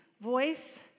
voice